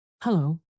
Hello